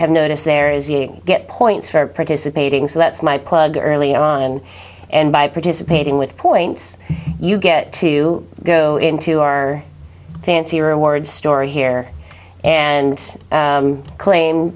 have noticed there is you get points for participating so that's my plug early on and by participating with points you get to go into our fancier word story here and claim